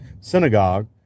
synagogue